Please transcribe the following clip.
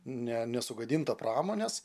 ne nesugadinta pramonės